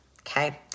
Okay